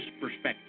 perspective